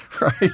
Right